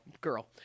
girl